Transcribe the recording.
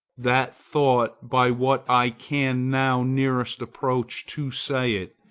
that thought by what i can now nearest approach to say it,